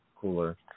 cooler